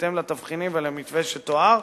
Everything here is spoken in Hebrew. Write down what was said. בהתאם לתבחינים ולמתווה שתואר.